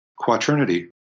Quaternity